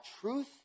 truth